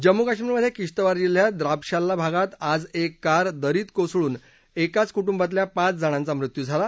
जम्मू कश्मीरमधे किश्तवार जिल्ह्यात द्राबशाल्ला भागात आज एक कार दरीत कोसळून एकाच कुटुंबातल्या पाचजणांचा मृत्यू झाला